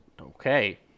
Okay